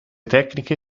tecniche